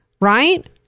right